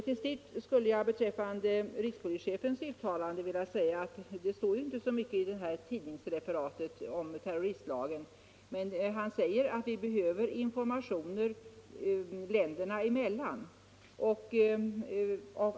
Till slut skulle jag beträffande rikspolischefens uttalande vilja säga att det inte står så mycket i det här tidningsreferatet om terroristlagen. Men han säger att vi behöver information länderna emellan.